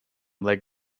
leg